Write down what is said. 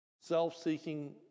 self-seeking